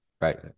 right